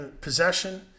possession